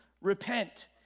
repent